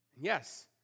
Yes